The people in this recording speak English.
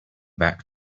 back